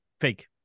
fake